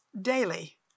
daily